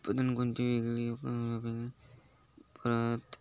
उत्पादन कोणती वेगळी परत परत